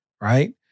right